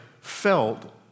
felt